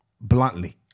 bluntly